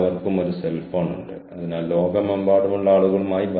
അല്ലെങ്കിൽ അത് വേണ്ടത്ര സൌഹൃദമാണെന്ന് അവർ കരുതുന്നില്ല